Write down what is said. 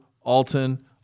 Alton